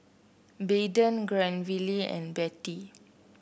Bethann Granville and Betty